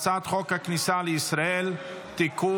אני קובע כי הצעת חוק דמי מחלה (היעדרות בשל מחלת ילד) (תיקון,